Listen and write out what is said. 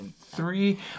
Three